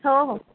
हो हो